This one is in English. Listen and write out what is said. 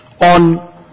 on